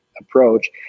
approach